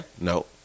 No